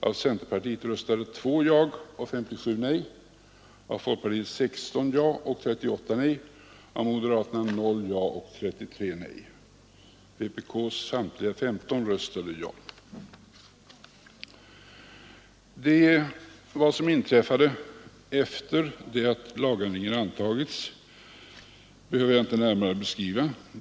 Av centerpartisterna röstade 2 ja och 57 nej, av folkpartisterna 16 ja och 38 nej, av moderaterna 0 ja och 33 nej. Vpk:s samtliga 15 ledamöter röstade ja. Vad som inträffat efter det att lagändringen antagits behöver jag inte närmare beskriva.